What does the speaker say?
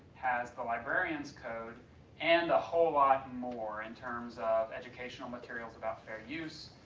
has the librarians code and a whole lot more in terms of educational materials about fair use,